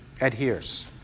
adheres